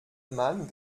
mann